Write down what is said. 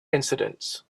incidents